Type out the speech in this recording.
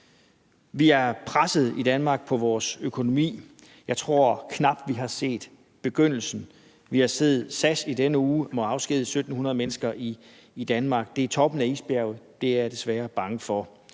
Vi er pressede i Danmark på vores økonomi. Jeg tror knap, at vi har set begyndelsen. Vi har i denne uge set, at SAS må afskedige 1.700 mennesker i Danmark. Det er toppen af isbjerget, det er jeg desværre bange for.